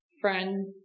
friend